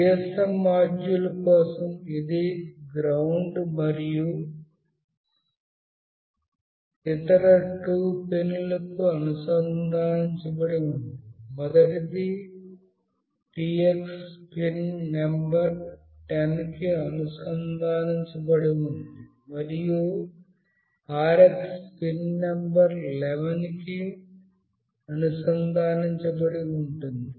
GSM module కోసం ఇది GND మరియు ఇతర 2 పిన్లకు అనుసంధానించబడి ఉంది మొదటిది Tx పిన్ నంబర్ 10 కి అనుసంధానించబడుతుంది మరియు Rx పిన్ నంబర్ 11 కి అనుసంధానించబడి ఉంటుంది